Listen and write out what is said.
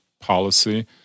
policy